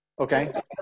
Okay